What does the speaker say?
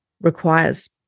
requires